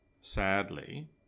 sadly